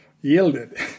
yielded